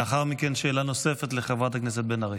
לאחר מכן, שאלה נוספת לחברת הכנסת בן ארי,